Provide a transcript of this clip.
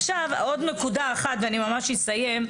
עוד נקודה אחת ואני אסיים.